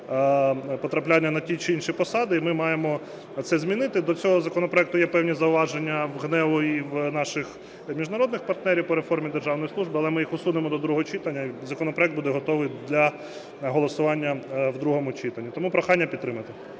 потрапляння на ті чи інші посади, і ми маємо це змінити. До цього законопроекту є певні зауваження у ГНЕУ і у наших міжнародних партнерів по реформі державної служби, але ми їх усунемо до другого читання і законопроект буде готовий для голосування в другому читанні. Тому прохання підтримати.